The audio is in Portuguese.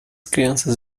crianças